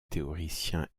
théoricien